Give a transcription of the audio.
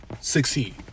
succeed